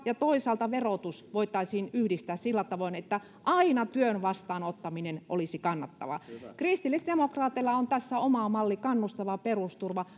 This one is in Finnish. ja toisaalta verotus voitaisiin yhdistää sillä tavoin että aina työn vastaanottaminen olisi kannattavaa kristillisdemokraateilla on tässä oma malli kannustava perusturva